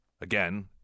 again